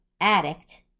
addict